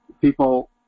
people